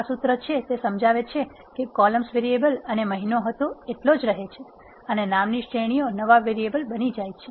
આ સૂત્ર તે સમજાવે છે કે કોલામ્સ વેરિએઅલ અને મહિનો હતો એટલોજ રહે છે અને નામની શ્રેણીઓ નવા વેરીએબલ બની જાય છે